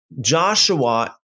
Joshua